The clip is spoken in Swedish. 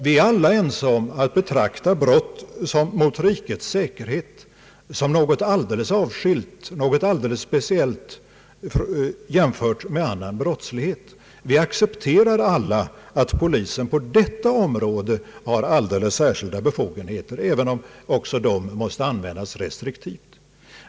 Vi är alla ense om att betrakta brott mot rikets säkerhet som någonting alldeles speciellt och avskilt från annan brottslighet. Vi accepterar alla att polisen på detta område har alldeles särskilda befogenheter, även om också de måste användas restriktivt.